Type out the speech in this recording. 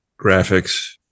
graphics